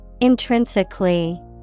intrinsically